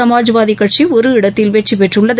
சமாஜ்வாதி கட்சி ஒரு இடத்தில் வெற்றி பெற்றுள்ளது